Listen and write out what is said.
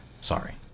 Sorry